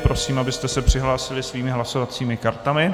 Prosím, abyste se přihlásili svými hlasovacími kartami.